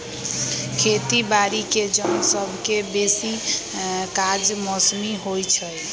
खेती बाड़ीके जन सभके बेशी काज मौसमी होइ छइ